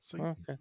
Okay